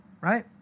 right